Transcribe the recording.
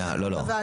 שנייה, לא, לא.